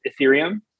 Ethereum